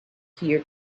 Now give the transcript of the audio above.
here